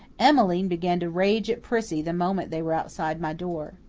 emmeline began to rage at prissy the moment they were outside my door.